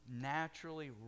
naturally